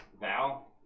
Val